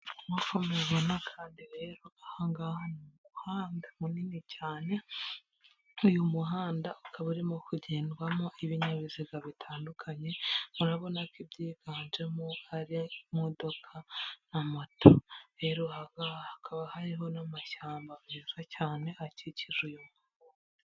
Nk'uko mubibona kandi rero ahangaha hari umuhanda munini cyane uyu muhanda ukaba urimo kugendwamo ibinyabiziga bitandukanye urabona ko ibyiganjemo ari imodoka na moto rero hakaba hariho n'amashyamba meza cyane akikije uyu muanda.